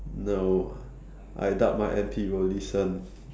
no I doubt my M_P will listen